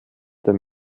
der